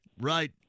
right